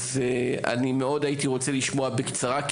הייתי מאוד רוצה לשמוע בקצרה,